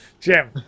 Jim